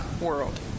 world